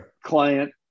client